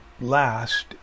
last